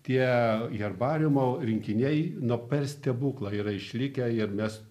tie herbariumo rinkiniai na per stebuklą yra išlikę ir mes